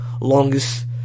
longest